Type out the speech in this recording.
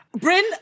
Bryn